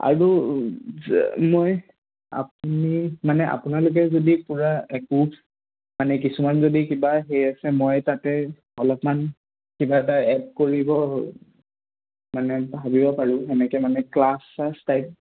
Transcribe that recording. আৰু মই আপুনি মানে আপোনালোকে যদি পূৰা একো মানে কিছুমান যদি কিবা সেই আছে মই তাতে অলপমান কিবা এটা এড কৰিব মানে ভাবিব পাৰোঁ সেনেকৈ মানে ক্লাছ চাছ টাইপ